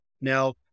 Now